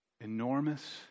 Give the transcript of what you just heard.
enormous